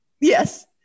Yes